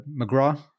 McGrath